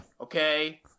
Okay